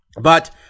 but-